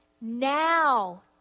Now